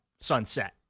sunset